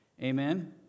Amen